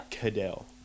Cadell